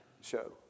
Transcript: show